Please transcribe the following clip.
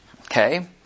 Okay